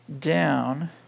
down